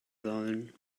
sollen